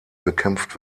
bekämpft